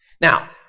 Now